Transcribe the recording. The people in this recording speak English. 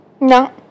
No